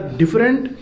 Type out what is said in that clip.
different